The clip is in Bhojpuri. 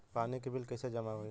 पानी के बिल कैसे जमा होयी?